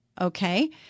Okay